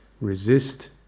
resist